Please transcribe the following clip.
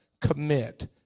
commit